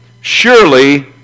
Surely